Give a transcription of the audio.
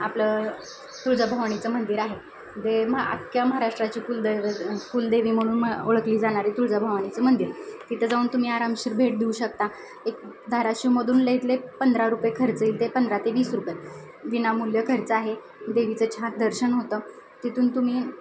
आपलं तुळजाभवाणीचं मंदिर आहे दे म अख्ख्या महाराष्ट्राची कुलदैव कुलदेवी म्हणून ओळखली जाणारी तुळजाभवानीचं मंदिर तिथं जाऊन तुम्ही आरामशीर भेट देऊ शकता एक धाराशिवमधून लईत लईत पंधरा रुपये खर्च येईल ते पंधरा ते वीस रुपये विनामूल्य खर्च आहे देवीचं छान दर्शन होतं तिथून तुम्ही